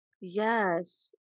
yes